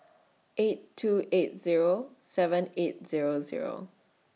eight two eight Zero seven eight Zero Zero